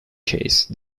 case